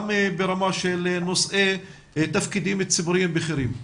ברמה של נושאי תפקידים ציבוריים בכירים.